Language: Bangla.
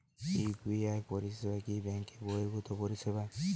ইউ.পি.আই পরিসেবা কি ব্যাঙ্ক বর্হিভুত পরিসেবা?